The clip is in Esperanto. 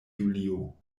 julio